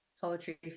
poetry